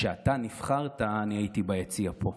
כשאתה נבחרת, אני הייתי ביציע פה.